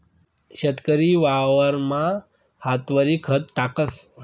शेतकरी वावरमा हातवरी खत टाकस